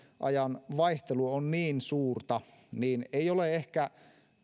ajan vaihtelu on niin suurta niin ei ole ehkä